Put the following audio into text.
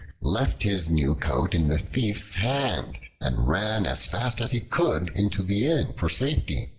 left his new coat in the thief's hand and ran as fast as he could into the inn for safety.